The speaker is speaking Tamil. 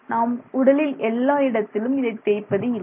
நாம் உடலில் எல்லா இடத்திலும் இதை தேய்ப்பது இல்லை